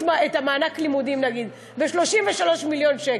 מענק הלימודים נגיד ב-33 מיליון שקל.